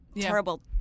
terrible